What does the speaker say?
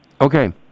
Okay